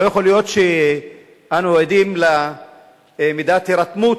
לא יכול להיות שאנו עדים למידת ההירתמות,